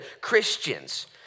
Christians